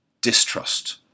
distrust